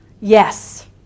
yes